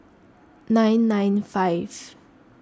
nine nine five